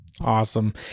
Awesome